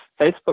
Facebook